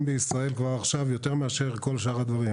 בישראל כבר עכשיו יותר מאשר כל שאר הדברים.